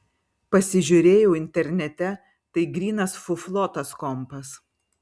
pasižiūrėjau internete tai grynas fuflo tas kompas